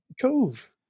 cove